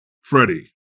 Freddie